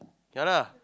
ya lah